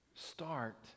Start